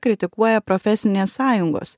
kritikuoja profesinės sąjungos